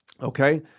Okay